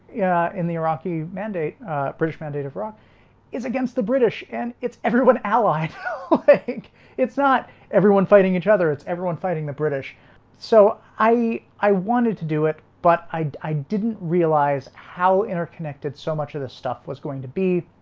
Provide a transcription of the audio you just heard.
yeah in the iraqi mandate ah british mandate of rock is against the british and it's everyone allied like it's not everyone fighting each other it's everyone fighting the british so i i wanted to do it but i i didn't realize how interconnected so much of this stuff was going to be